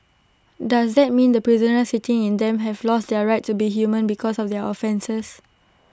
does that mean the prisoners sitting in them have lost their right to be human because of their offences